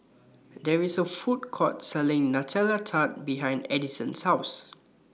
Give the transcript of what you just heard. There IS A Food Court Selling Nutella Tart behind Addison's House